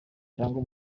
cyangwa